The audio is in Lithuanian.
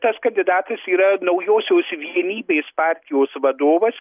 tas kandidatas yra naujosios vienybės partijos vadovas